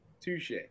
Touche